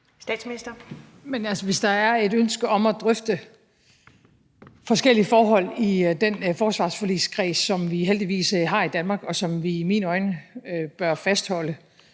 Der kan være et ønske om at drøfte forskellige forhold i den forsvarsforligskreds, som vi heldigvis har i Danmark, og som vi i mine øjne bør fastholde.